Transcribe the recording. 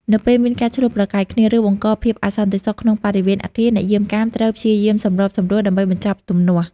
នៅពេលមានការឈ្លោះប្រកែកគ្នា ឬបង្កភាពអសន្តិសុខក្នុងបរិវេណអគារ អ្នកយាមកាមត្រូវ ព្យាយាមសម្របសម្រួល ដើម្បីបញ្ចប់ទំនាស់។